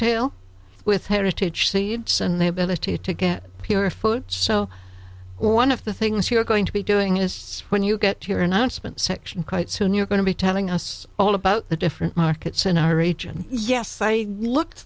deal with heritage seeds and the ability to get people to foot so one of the things you're going to be doing is when you get to your announcement section quite soon you're going to be telling us all about the different markets in our region yes i looked